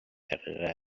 دقیقه